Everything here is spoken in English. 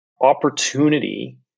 opportunity